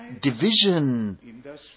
division